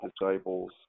disciples